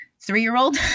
three-year-old